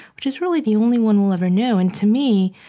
which is really the only one we'll ever know. and to me,